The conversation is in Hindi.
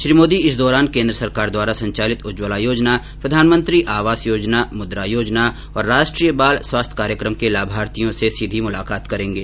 श्री मोदी इस दौरान केन्द्र सरकार द्वारा संचालित उज्ज्वला योजना प्रधानमंत्री आवास योजना मुद्रा योजना और राष्ट्रीय बाल स्वास्थ्य कार्यक्रम के लाभार्थियों से सीधी मुलाकात करेंगे